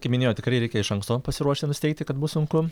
kaip minėjo tikrai reikia iš anksto pasiruošti nusiteikti kad bus sunku